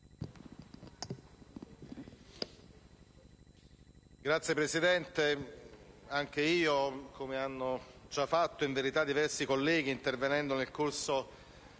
Signor Presidente, anche io, come hanno già fatto, in verità, diversi colleghi intervenendo nel corso